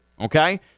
Okay